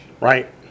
right